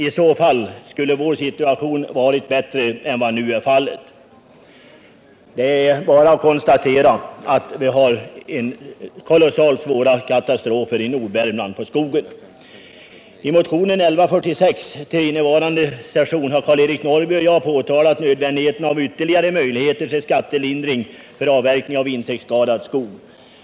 I så fall skulle vår situation varit bättre än vad nu är fallet. Det är bara att konstatera att kolossalt svåra katastrofer drabbat skogarna i Nordvärmland. I motionen 1146 till innevarande session har Karl-Eric Norrby och jag påtalat nödvändigheten av ytterligare möjligheter till skattelindring för avverkning av insektsskadad skog.